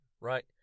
Right